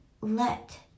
let